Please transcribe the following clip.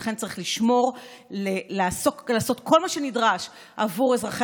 ולכן צריך לשמור ולעשות כל מה שנדרש עבור אזרחי